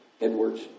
Edwards